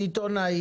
סיטונאי,